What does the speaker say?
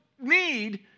need